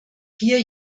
vier